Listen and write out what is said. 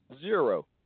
Zero